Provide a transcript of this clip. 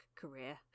career